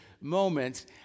moments